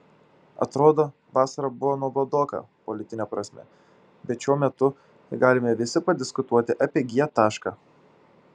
atrodo vasara buvo nuobodoka politine prasme bet šiuo metu galime visi padiskutuoti apie g tašką